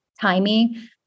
timing